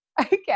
okay